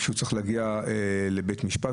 כשהוא צריך להגיע לבית משפט,